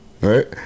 right